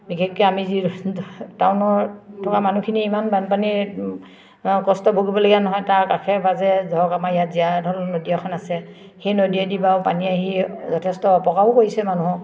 বিশেষকৈ আমি যি টাউনত থকা মানুহখিনি ইমান বানপানীৰ কষ্ট ভুগিবলগীয়া নহয় তাৰ কাষে বাজে ধৰক আমাৰ ইয়াত জীয়াধল নদী এখন আছে সেই নদীয়েও পানী আহি যথেষ্ট অপকাৰও কৰিছে মানুহক